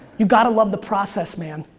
you've gotta love the process man.